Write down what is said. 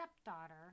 stepdaughter